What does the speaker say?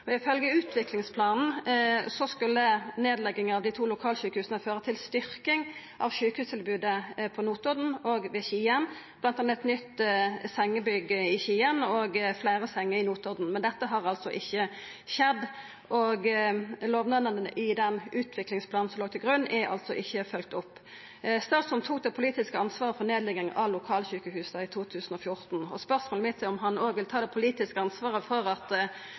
utviklingsplanen skulle nedlegginga av dei to lokalsjukehusa føre til styrking av sjukehustilbodet på Notodden og ved Skien, bl.a. ved nytt sengebygg i Skien og fleire senger i Notodden, men dette har altså ikkje skjedd, og lovnadene i den utviklingsplanen som låg til grunn, er altså ikkje følgt opp. Statsråden tok det politiske ansvaret for nedlegging av lokalsjukehusa i 2014, og spørsmålet mitt er om han òg vil ta det politiske ansvaret for at